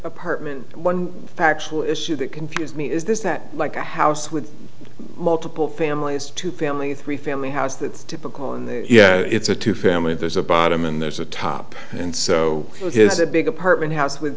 apartment one factual issue that confuses me is that like a house with multiple families two family three family house that's typical and yeah it's a two family there's a bottom and there's a top and so his a big apartment house with